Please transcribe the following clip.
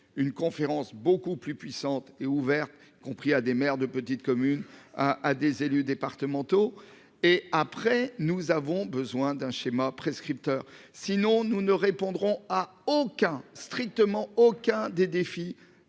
une conférence beaucoup plus puissante et ouverte. Compris à des maires de petites communes à à des élus départementaux et après nous avons besoin d'un schéma prescripteurs sinon nous ne répondrons à aucun strictement aucun des défis.